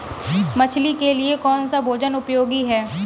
मछली के लिए कौन सा भोजन उपयोगी है?